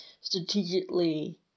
strategically